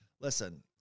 Listen